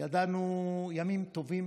ידענו ימים טובים